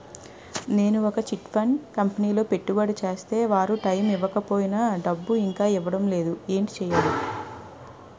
నేను ఒక chit fund కంపెనీలో పెట్టుబడి చేస్తే వారు టైమ్ ఇవ్వకపోయినా డబ్బు ఇంకా ఇవ్వడం లేదు ఏంటి చేయాలి?